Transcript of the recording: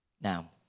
Now